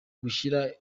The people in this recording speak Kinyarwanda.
gushyira